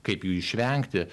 kaip jų išvengti